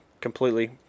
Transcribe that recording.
completely